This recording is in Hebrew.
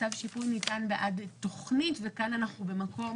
כתב שיפוי ניתן בעד תוכנית וכאן אנחנו במקום